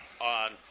on